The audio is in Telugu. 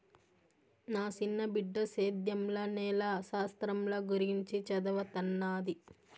నా సిన్న బిడ్డ సేద్యంల నేల శాస్త్రంల గురించి చదవతన్నాది